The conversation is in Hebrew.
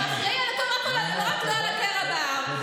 הוא אחראי לכול, רק לא לקרע בעם.